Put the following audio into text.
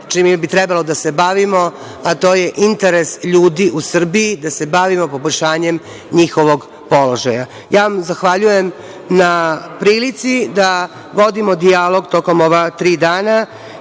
čime bi trebalo da se bavimo, a to je interes ljudi u Srbiji, da se bavimo poboljšanjem njihovog položaja. Ja vam zahvaljujem na prilici da vodimo dijalog tokom ova tri dana.